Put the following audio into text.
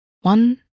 One